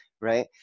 right